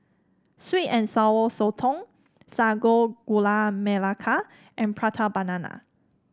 sweet and Sour Sotong Sago Gula Melaka and Prata Banana